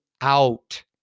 out